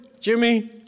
Jimmy